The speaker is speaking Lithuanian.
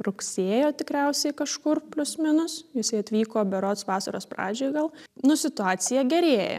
rugsėjo tikriausiai kažkur plius minus jisai atvyko berods vasaros pradžioj gal nu situacija gerėja